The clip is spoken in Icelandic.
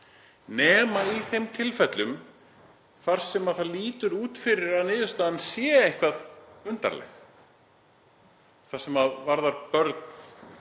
nema í þeim tilfellum þar sem það lítur út fyrir að niðurstaðan sé eitthvað undarleg, ef það varðar börn,